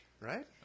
right